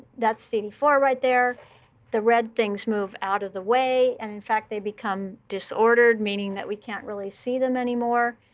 that's c d four right there the red things move out of the way. and in fact, they become disordered, meaning that we can't really see them anymore.